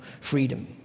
freedom